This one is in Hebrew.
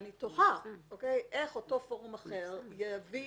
אני תוהה איך אותו פורום אחר יביא